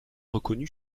reconnu